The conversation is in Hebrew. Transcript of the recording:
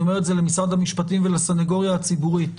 אומר את זה למשרד המשפטים ולסנגוריה הציבורית,